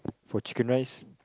for chicken rice